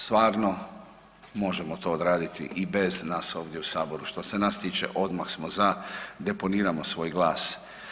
Stvarno to možemo odraditi i bez nas ovdje u Sabor, što se nas tiče odmah smo za, deponiramo svoj glas.